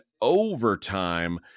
overtime